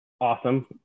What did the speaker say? awesome